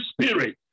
spirit